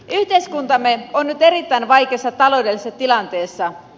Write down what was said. yhteiskuntamme on nyt erittäin vaikeassa taloudellisessa tilanteessa